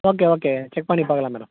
okay okay check பண்ணி பார்க்கலாம் madam